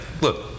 look